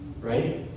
Right